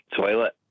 toilet